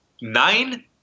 nine